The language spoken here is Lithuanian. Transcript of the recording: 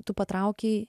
tu patraukei